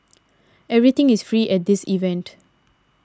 everything is free at this event